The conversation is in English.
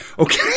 Okay